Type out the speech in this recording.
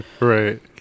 right